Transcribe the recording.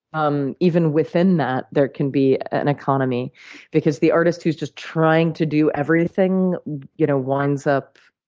um even within that, there can be an economy because the artist who's just trying to do everything you know winds up